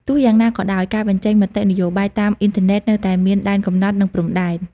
ទោះយ៉ាងណាក៏ដោយ ការបញ្ចេញមតិនយោបាយតាមអ៊ីនធឺណិតនៅតែមានដែនកំណត់ និងព្រំដែន។